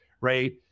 right